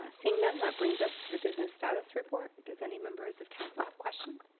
ah seeing none, that brings us to the business status report. does any members of council have questions?